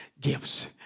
gifts